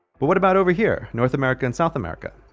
but what about over here north america and south america?